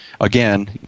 again